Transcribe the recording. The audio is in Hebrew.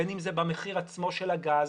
בין אם זה במחיר עצמו של הגז,